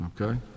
Okay